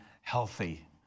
healthy